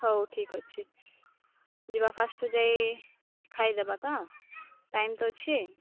ହଉ ଠିକ୍ ଅଛି ଯିବା ଫାର୍ଷ୍ଟ ଯାଇ ଖାଇଦେବା ତ ଟାଇମ୍ ତ ଅଛି